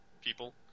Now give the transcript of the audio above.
people